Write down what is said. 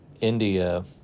India